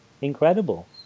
incredible